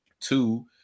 Two